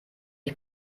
ich